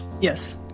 Yes